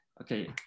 Okay